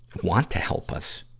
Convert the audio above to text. want to help us.